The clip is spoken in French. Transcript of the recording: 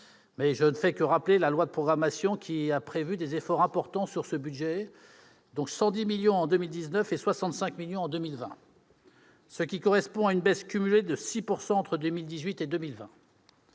mais je ne fais que rappeler la loi de programmation, qui a prévu des efforts importants sur ce budget ! -et de 65 millions d'euros en 2020, ce qui correspond à une baisse cumulée de 6 % entre 2018 et 2020.